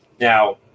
Now